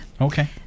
Okay